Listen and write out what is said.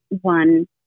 one